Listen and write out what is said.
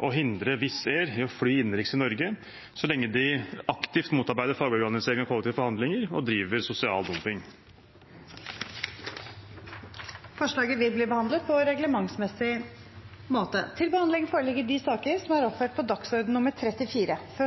å hindre Wizz Air i å fly innenriks i Norge så lenge de aktivt motarbeider fagorganisering og kollektive forhandlinger og driver sosial dumping. Forslaget vil bli behandlet på reglementsmessig måte. Før sakene på dagens